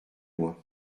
loin